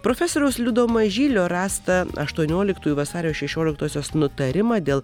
profesoriaus liudo mažylio rastą aštuonioliktųjų vasario šešioliktosios nutarimą dėl